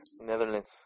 Netherlands